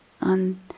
on